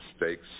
mistakes